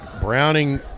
Browning